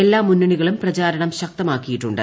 എല്ലാ മുന്നണികളും പ്രചാരണം ശക്തമാക്കിയിട്ടുണ്ട്